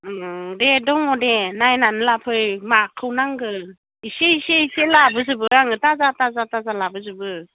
दे दङ दे नायनानै लाफै माखौ नांगौ इसे इसे इसे लाबोजोबो आङो थाजा थाजा लाबोजोबो